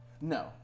No